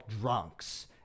drunks